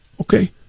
Okay